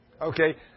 Okay